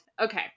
okay